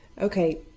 Okay